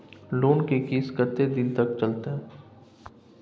Loan के किस्त कत्ते दिन तक चलते?